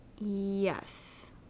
yes